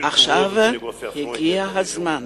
הגיע הזמן